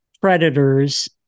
predators